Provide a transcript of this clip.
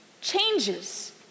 changes